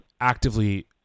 actively